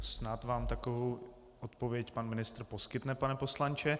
Snad vám takovou odpověď pan ministr poskytne, pane poslanče.